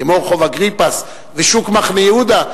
כמו רחוב אגריפס ושוק מחנה-יהודה,